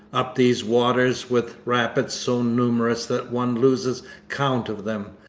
up these waters, with rapids so numerous that one loses count of them,